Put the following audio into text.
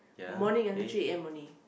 morning until three A_M only